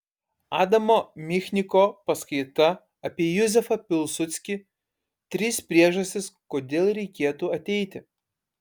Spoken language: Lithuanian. adamo michniko paskaita apie juzefą pilsudskį trys priežastys kodėl reikėtų ateiti